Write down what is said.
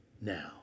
now